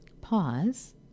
Pause